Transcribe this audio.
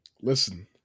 Listen